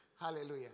Hallelujah